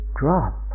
drop